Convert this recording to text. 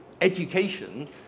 education